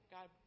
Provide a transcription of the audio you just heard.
God